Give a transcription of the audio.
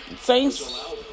Saints